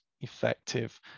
effective